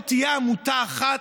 לא תהיה עמותה אחת,